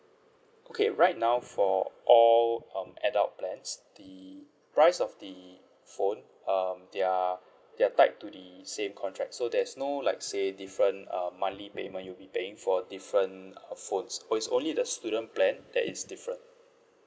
okay right now for all um adult plans the price of the phone um they're they're tied to the same contract so there's no like say different um monthly payment you'll be paying for different uh phones o~ it's only the student plan that is different